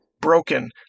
broken